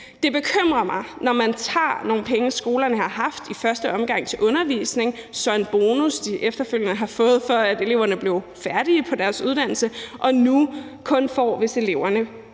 det bekymrer mig, når man tager nogle penge, skolerne i første omgang har haft til undervisning, og så tager en bonus, som de efterfølgende har fået for, at eleverne blev færdige på deres uddannelser, og som de nu kun får, hvis eleverne